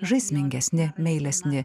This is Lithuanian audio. žaismingesni meilesni